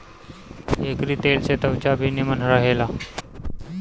एकरी तेल से त्वचा भी निमन रहेला